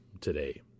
today